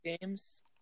games